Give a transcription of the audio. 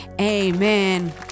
amen